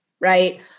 right